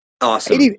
Awesome